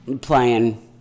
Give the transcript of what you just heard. playing